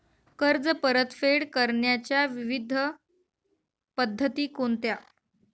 कर्ज परतफेड करण्याच्या विविध पद्धती कोणत्या?